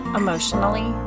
emotionally